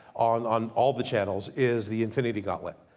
on on all the channels. is the infinity gauntlet.